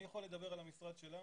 אני יכול לדבר על המשרד שלנו.